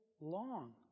long